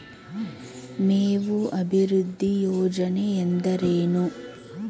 ಮೇವು ಅಭಿವೃದ್ಧಿ ಯೋಜನೆ ಎಂದರೇನು?